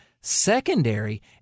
Secondary